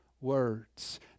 Words